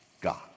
God